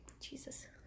Jesus